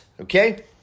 okay